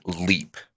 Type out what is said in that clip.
leap